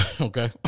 okay